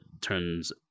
turns